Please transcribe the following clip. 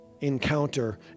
encounter